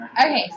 Okay